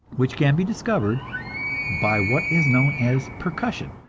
which can be discovered by what is known as percussion,